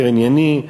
יותר ענייני.